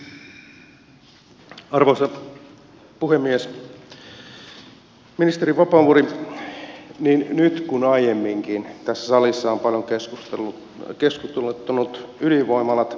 ministeri vapaavuori niin nyt kuin aiemminkin tässä salissa on paljon keskusteluttanut ydinvoimalat